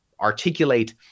articulate